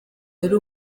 yari